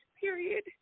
Period